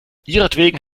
ihretwegen